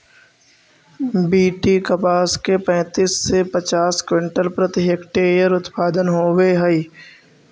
BT कपास के पैंतीस से पचास क्विंटल प्रति हेक्टेयर उत्पादन होवे हई